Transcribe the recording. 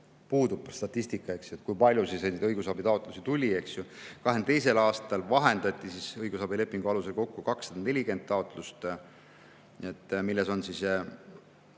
puudub statistika, kui palju õigusabitaotlusi tuli. 2022. aastal vahendati õigusabilepingu alusel kokku 240 taotlust, mille hulgas